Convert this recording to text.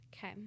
okay